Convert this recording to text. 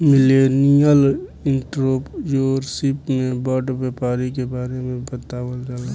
millennial entrepreneurship में बड़ व्यापारी के बारे में बतावल जाला